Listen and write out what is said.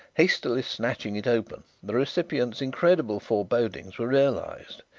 hastily snatching it open, the recipient's incredible forebodings were realized.